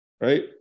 right